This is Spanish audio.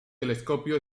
telescopio